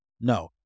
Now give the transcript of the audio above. No